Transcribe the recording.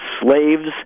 slaves